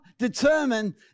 determine